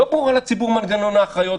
לא ברור לציבור מנגנון האחריות,